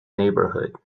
neighborhood